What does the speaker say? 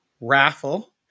Raffle